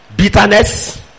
bitterness